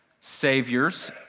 saviors